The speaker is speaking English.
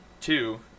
two